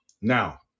now